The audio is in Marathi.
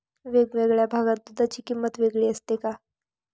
वेगवेगळ्या भागात दूधाची किंमत वेगळी असते का?